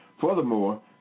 Furthermore